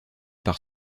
par